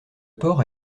port